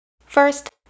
First